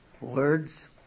words